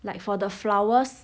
like for the flowers